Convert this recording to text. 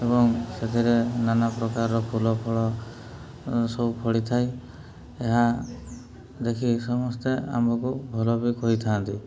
ଏବଂ ସେଥିରେ ନାନା ପ୍ରକାରର ଫୁଲ ଫଳ ସବୁ ଫଳିଥାଏ ଏହା ଦେଖି ସମସ୍ତେ ଆମ୍ଭକୁ ଭଲ ବି କହିଥାନ୍ତି